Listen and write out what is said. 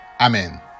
amen